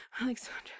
Alexandra